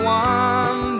one